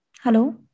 hello